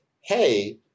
hey